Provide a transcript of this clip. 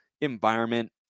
environment